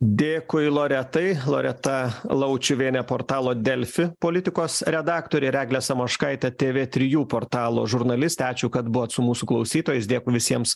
dėkui loretai loreta laučiuvienė portalo delfi politikos redaktorė ir eglė samoškaitė tv trijų portalo žurnalistė ačiū kad buvot su mūsų klausytojais dėkui visiems